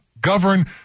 govern